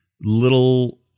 little